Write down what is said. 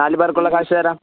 നാല് പേർക്കുള്ള കാശ് തരാം